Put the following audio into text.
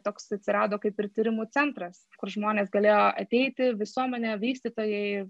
toks atsirado kaip ir tyrimų centras kur žmonės galėjo ateiti visuomenė vystytojai